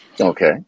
Okay